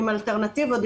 עם אלטרנטיבות,